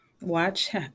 watch